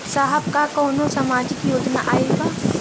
साहब का कौनो सामाजिक योजना आईल बा?